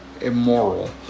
immoral